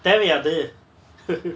தேவயா அது:thevaya athu